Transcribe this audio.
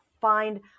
find